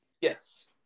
Yes